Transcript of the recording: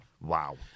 wow